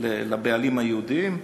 לבעלים היהודים.